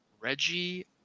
Reggie